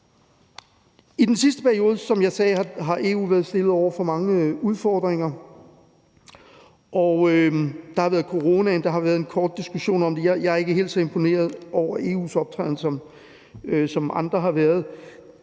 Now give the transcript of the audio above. I den sidste periode har EU, som jeg sagde, været stillet over for mange udfordringer, og der har været coronaen, som der har været en kort diskussion af. Jeg er ikke helt så imponeret over EU's optræden, som andre har været,